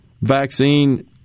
vaccine